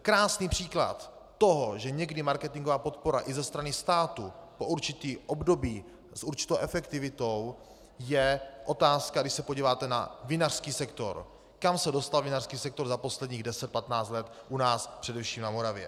Krásný příklad toho, že někdy marketingová podpora i ze strany státu po určité období s určitou efektivitou je otázka, když se podíváte na vinařský sektor, kam se dostal vinařský sektor za posledních deset patnáct let u nás, především na Moravě.